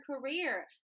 career